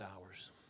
hours